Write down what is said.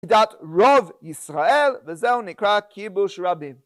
לדעת רוב ישראל, וזהו נקרא "כיבוש רבים"